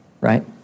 right